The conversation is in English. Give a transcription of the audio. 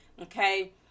okay